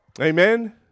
Amen